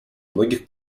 многих